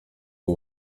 ubu